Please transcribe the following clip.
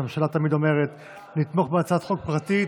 שהממשלה תמיד אומרת: נתמוך בהצעת חוק פרטית